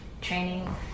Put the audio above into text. training